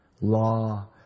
law